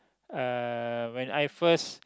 uh when I first